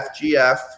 fgf